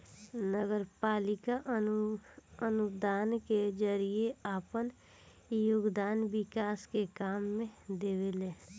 नगरपालिका अनुदान के जरिए आपन योगदान विकास के काम में देवेले